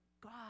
God